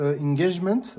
engagement